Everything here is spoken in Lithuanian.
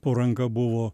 po ranka buvo